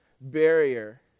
barrier